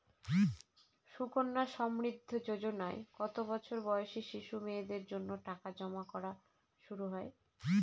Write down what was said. সুকন্যা সমৃদ্ধি যোজনায় কত বছর বয়সী শিশু মেয়েদের জন্য টাকা জমা করা শুরু হয়?